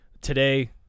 Today